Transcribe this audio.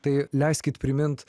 tai leiskit primint